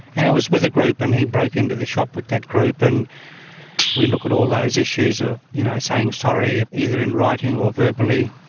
and it was with a group and he broke into the shop with that group and we look at all those issues of ah you know saying sorry either in writing or verbally,